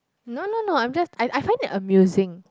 no no no I'm just I I find that amusing